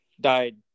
died